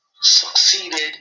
succeeded